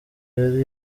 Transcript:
yari